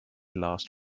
last